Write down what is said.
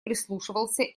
прислушивался